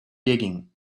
digging